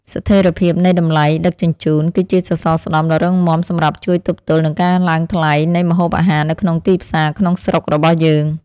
ស្ថិរភាពនៃតម្លៃដឹកជញ្ជូន គឺជាសសរស្តម្ភដ៏រឹងមាំសម្រាប់ជួយទប់ទល់នឹងការឡើងថ្លៃនៃម្ហូបអាហារនៅក្នុងទីផ្សារក្នុងស្រុករបស់យើង។